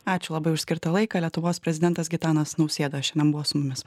ačiū labai už skirtą laiką lietuvos prezidentas gitanas nausėda šiandien buvo su mumis